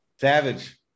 Savage